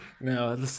No